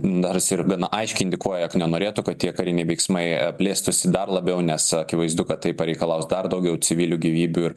nors ir gana aiškiai indikuoja kad nenorėtų kad tie kariniai veiksmai plėstųsi dar labiau nes akivaizdu kad tai pareikalaus dar daugiau civilių gyvybių ir